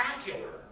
spectacular